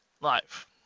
life